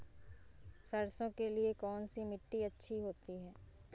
सरसो के लिए कौन सी मिट्टी अच्छी होती है?